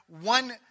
one